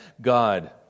God